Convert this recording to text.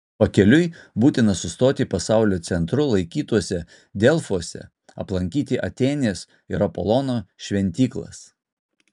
pakeliui būtina sustoti pasaulio centru laikytuose delfuose aplankyti atėnės ir apolono šventyklas